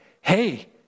hey